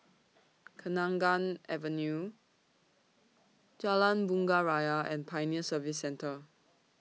Kenanga Avenue Jalan Bunga Raya and Pioneer Service Centre